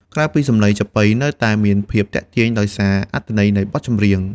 ក្រៅពីសម្លេង ចាប៉ីនៅតែមានភាពទាក់ទាញដោយសារ អត្ថន័យនៃបទចម្រៀង។